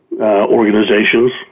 organizations